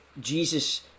Jesus